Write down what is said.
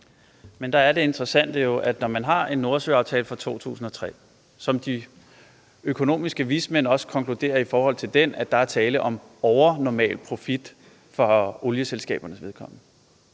Men der er det interessante jo, at når man har en Nordsøaftale fra 2003 og de økonomiske vismænd også konkluderer, at der i forhold til den er tale om en overnormal profit for olieselskabernes vedkommende;